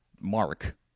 Mark